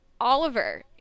Oliver